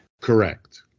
Correct